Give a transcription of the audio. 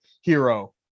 hero